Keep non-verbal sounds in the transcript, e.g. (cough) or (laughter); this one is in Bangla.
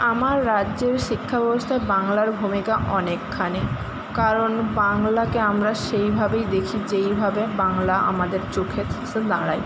আমার রাজ্যের শিক্ষাব্যবস্থায় বাংলার ভূমিকা অনেকখানি কারণ বাংলাকে আমরা সেইভাবেই দেখি যেইভাবে বাংলা আমাদের চোখে (unintelligible) দাঁড়ায়